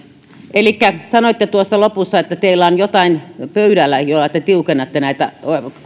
elikkä sanoitte tuossa lopussa että teillä on jotain jo pöydällä että tiukennatte näitä